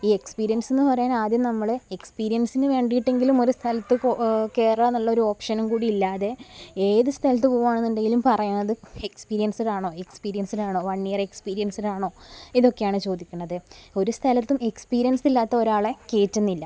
ഈ എക്സ്പീരിയൻസ് എന്നു പറയാൻ ആദ്യം നമ്മളെ എക്സ്പീരിയൻസിനു വേണ്ടിയിട്ടെങ്കിലും ഒരു സ്ഥലത്ത് കയറാന്നുള്ള ഒരു ഓപ്ഷനും കൂടി ഇല്ലാതെ ഏത് സ്ഥലത്ത് പോവാണെന്നുണ്ടെങ്കിലും പറയുന്നത് എക്സ്പീരിയൻസ്ഡാണോ എക്സ്പീരിയൻസ്ഡാണോ വൺ ഇയർ എക്സ്പീരിയൻസ്ഡാണോ ഇതൊക്കെയാണ് ചോദിക്കുന്നത് ഒരു സ്ഥലത്തും എക്സ്പീരിയൻസ് ഇല്ലാത്ത ഒരാളെ കയറ്റുന്നില്ല